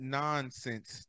nonsense